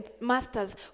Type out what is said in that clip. masters